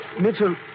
Mitchell